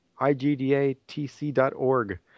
IGDATC.org